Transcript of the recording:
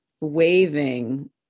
waving